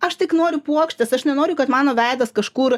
aš tik noriu puokštės aš nenoriu kad mano veidas kažkur